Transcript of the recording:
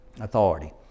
authority